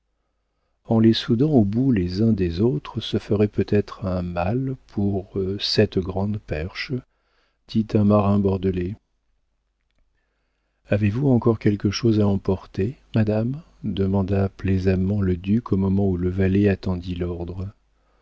en les soudant au bout les uns des autres ça ferait peut-être un mâle pour c'te grande perche dit un marin bordelais avez-vous encore quelque chose à emporter madame demanda plaisamment le duc au moment où le valet attendit l'ordre